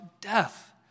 death